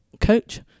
coach